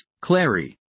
Clary